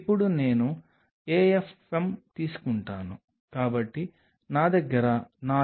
cell culture కుడి నీటి స్థావరంలో ఉన్నాయి